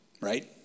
Right